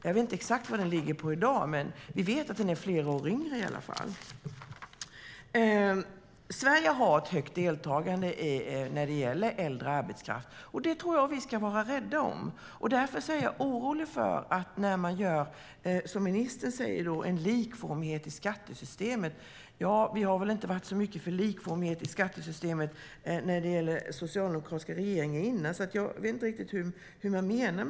Jag vet inte exakt vad den ligger på i dag, men vi vet att den i alla fall är flera år lägre. Sverige har ett högt deltagande när det gäller äldre arbetskraft, och det tycker jag att vi ska vara rädda om. Därför blir jag orolig när ministern talar om likformighet i skattesystemet. Tidigare socialdemokratiska regeringar har väl inte varit så mycket för likformighet i skattesystemet, så jag vet inte riktigt hur man menar.